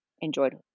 enjoyed